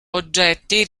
oggetti